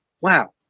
wow